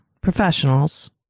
professionals